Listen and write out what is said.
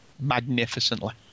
magnificently